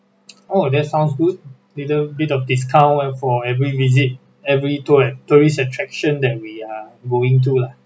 oh that sounds good little bit of discount went for every visit every tour and tourist attraction that we are going to lah